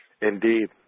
Indeed